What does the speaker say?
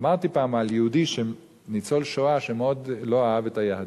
אמרתי פעם על יהודי ניצול שואה שמאוד לא אהב את היהדות,